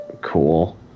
cool